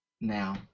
Now